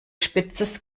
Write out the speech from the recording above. spitzes